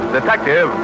Detective